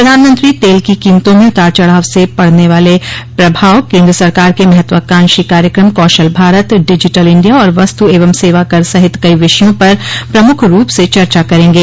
प्रधानमंत्री तेल की कीमतों में उतार चढ़ाव से पड़ने वाले प्रभाव केन्द्र सरकार क महत्वाकांक्षी कार्यक्रम कौशल भारत डिजिटल इंडिया और वस्तु एवं सेवा कर सहित कई विषयों पर प्रमुख रूप से चर्चा करेंगे